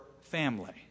family